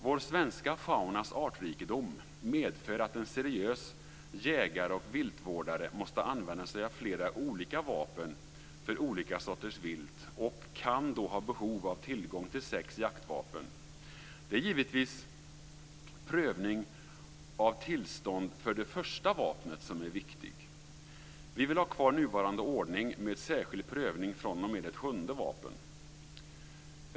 Vår svenska faunas artrikedom medför att en seriös jägare och viltvårdare måste använda sig av flera olika vapen för olika sorters vilt och kan då ha behov av tillgång till sex jaktvapen. Det är givetvis prövning av tillstånd för det första vapnet som är viktig. Vi vill ha kvar nuvarande ordning med särskild prövning fr.o.m. ett sjunde vapen.